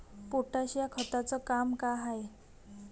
Potash या खताचं काम का हाय?